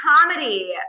comedy